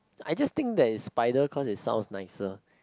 I just think that spider cause is sound nicer